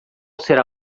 será